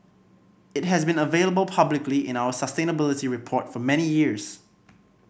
it has been available publicly in our sustainability report for many years